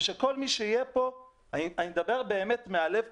אני מדבר כרגע מהלב,